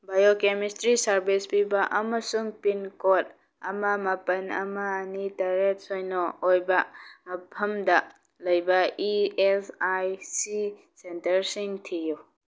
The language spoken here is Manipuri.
ꯕꯥꯏꯌꯣꯀꯦꯃꯤꯁꯇ꯭ꯔꯤ ꯁꯥꯔꯚꯤꯁ ꯄꯤꯕ ꯑꯃꯁꯨꯡ ꯄꯤꯟꯀꯣꯗ ꯑꯃ ꯃꯥꯄꯜ ꯑꯃ ꯑꯅꯤ ꯇꯔꯦꯠ ꯁꯤꯅꯣ ꯑꯣꯏꯕ ꯃꯐꯝꯗ ꯂꯩꯕ ꯏ ꯑꯦꯁ ꯑꯥꯏ ꯁꯤ ꯁꯦꯟꯇꯔꯁꯤꯡ ꯊꯤꯌꯨ